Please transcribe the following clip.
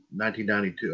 1992